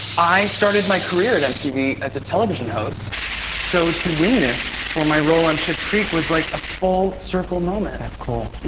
i started my career at mtv as a television host so to win this for my role on schitt's creek was like a full circle moment. that's cool,